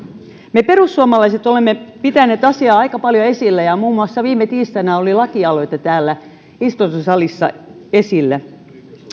me perussuomalaiset olemme pitäneet asiaa aika paljon esillä ja muun muassa viime tiistaina oli lakialoite täällä istuntosalissa esillä